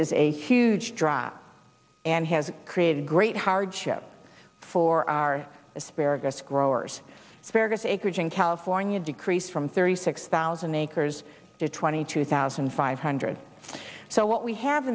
is a huge drop and has created great hardship for our asparagus growers asparagus acreage in california decrease from thirty six thousand acres to twenty two thousand five hundred so what we have